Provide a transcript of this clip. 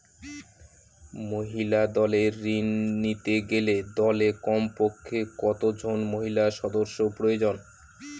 মহিলা দলের ঋণ নিতে গেলে দলে কমপক্ষে কত জন মহিলা সদস্য প্রয়োজন?